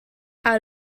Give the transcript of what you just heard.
out